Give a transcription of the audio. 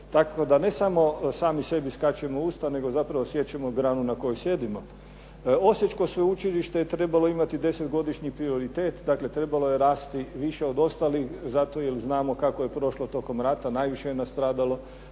Tako da ne samo sami sebi skačemo u usta, nego zapravo siječemo granu na kojoj sjedimo. Osječko sveučilište je trebalo imati 10 godišnji prioritet, dakle trebalo je rasti više od ostalih zato jer znamo kako je prošlo tokom rata, najviše je nastradalo,